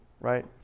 right